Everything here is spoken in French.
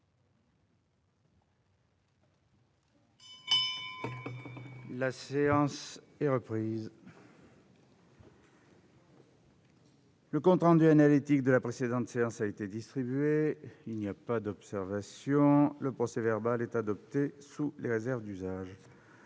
La séance est ouverte. Le compte rendu analytique de la précédente séance a été distribué. Il n'y a pas d'observation ?... Le procès-verbal est adopté sous les réserves d'usage.